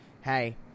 hey